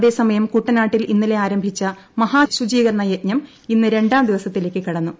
അതേസമയം കുട്ടനാട്ടിൽ ഇന്നലെ ആരംഭിച്ച മഹാശുചീകരണ യജ്ഞം ഇന്ന് രണ്ടാം ദിവസത്തിലേക്ക് കടന്നു